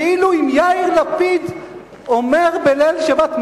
כאילו אם יאיר לפיד אומר בליל שבת,